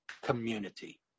community